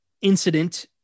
Incident